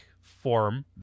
form